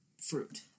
fruit